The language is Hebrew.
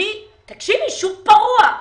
תקשיבי, שוק פרוע.